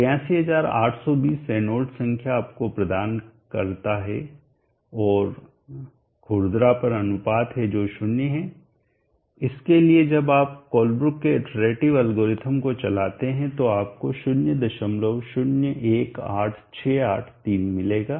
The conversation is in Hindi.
83820 रेनॉल्ड्स संख्या आपको प्रदान करना है और खुरदरापन अनुपात है जो 0 है इसलिए इसके लिए जब आप कोलेब्रुक के इटरेटिव एल्गोरिथ्म को चलाते हैं तो आपको 0018683 मिलेगा